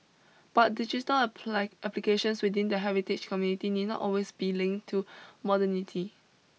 but digital apply applications within the heritage community need not always be linked to modernity